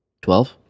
Twelve